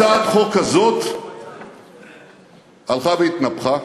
והצעת החוק הזאת הלכה והתנפחה.